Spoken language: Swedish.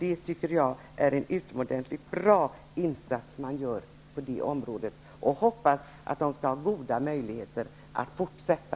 Det tycker jag är en utomordentligt stor insats och hoppas att det där skall finnas goda möjligheter att fortsätta.